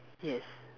yes